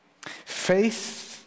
Faith